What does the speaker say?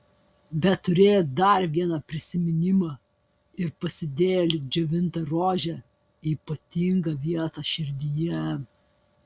bet turėjo dar vieną prisiminimą ir pasidėjo lyg džiovintą rožę į ypatingą vietą širdyje